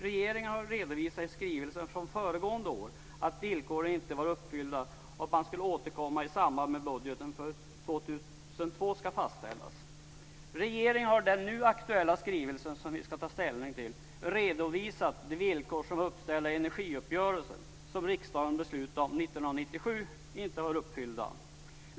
Regeringen har i en skrivelse från föregående år redovisat att villkoren inte var uppfyllda och att man ska återkomma i samband med att budgeten för 2002 ska fastställas. Regeringen har i den nu aktuella skrivelse som vi ska ta ställning till redovisat att de villkor som är uppställda i energiuppgörelsen och som riksdagen beslutade om 1997 inte var uppfyllda.